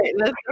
right